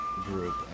group